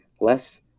less